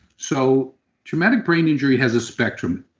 so traumatic brain injury has a spectrum.